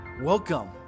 Welcome